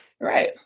right